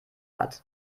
hat